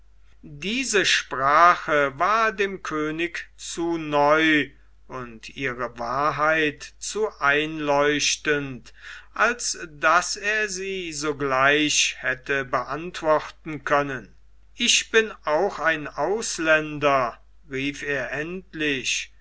diese sprache war dem könig zu neu und ihre wahrheit zu einleuchtend als daß er sie sogleich hätte beantworten können ich bin auch ein ausländer rief er endlich